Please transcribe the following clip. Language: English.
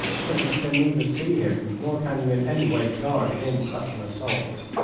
so that you can neither see him nor can you in any way guard against such an assault.